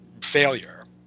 failure